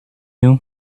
you